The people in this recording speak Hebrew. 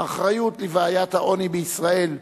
האחריות לבעיית העוני בישראל,